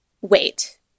wait